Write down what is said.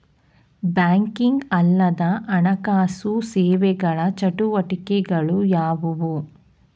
Banking ಅಲ್ಲದ ಹಣಕಾಸು ಸೇವೆಗಳ ಚಟುವಟಿಕೆಗಳು ಯಾವುವು?